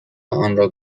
آنرا